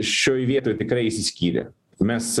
šioj vietoj tikrai išsiskyrė mes